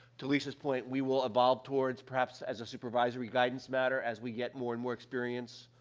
to lisa's point, we will evolve towards, perhaps as a supervisory guidance matter as we get more and more experience,